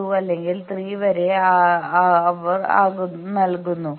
2 അല്ലെങ്കിൽ 3 വരെ അവർ നൽകുന്നു